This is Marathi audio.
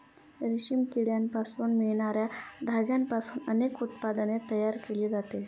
रेशमी किड्यांपासून मिळणार्या धाग्यांपासून अनेक उत्पादने तयार केली जातात